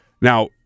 Now